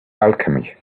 alchemy